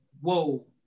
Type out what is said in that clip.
whoa